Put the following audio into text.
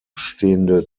stehende